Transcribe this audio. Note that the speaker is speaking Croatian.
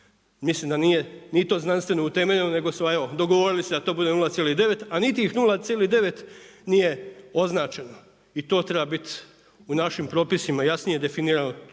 Mislim da nije ni to znanstveno utemeljeno nego su evo dogovorili se da to bude 0,9 a niti tih 0,9 nije označeno. I to treba biti u našim propisima jasnije definirano